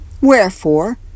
Wherefore